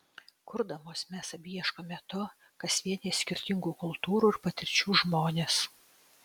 kurdamos mes abi ieškome to kas vienija skirtingų kultūrų ir patirčių žmones